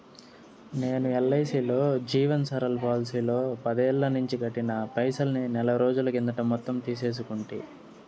నేను ఎల్ఐసీలో జీవన్ సరల్ పోలసీలో పదేల్లనించి కట్టిన పైసల్ని నెలరోజుల కిందట మొత్తం తీసేసుకుంటి